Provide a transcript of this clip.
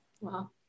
wow